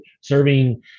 serving